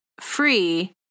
free